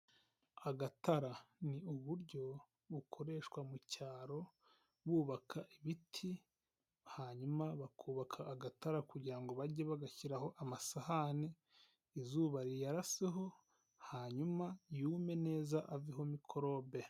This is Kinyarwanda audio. Agatara ni uburyo bukoreshwa mu cyaro bubaka ibiti, hanyuma bakubaka agatara kugira ngo bajye bagashyiraho amasahani, izuba riyaraseho hanyuma yume neza aveho mikorobe.